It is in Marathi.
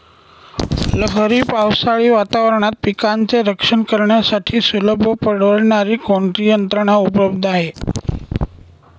लहरी पावसाळी वातावरणात पिकांचे रक्षण करण्यासाठी सुलभ व परवडणारी कोणती यंत्रणा उपलब्ध आहे?